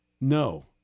No